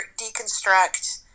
deconstruct